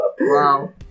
Wow